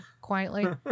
Quietly